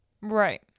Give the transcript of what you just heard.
right